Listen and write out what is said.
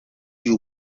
you